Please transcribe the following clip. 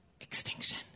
extinction